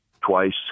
twice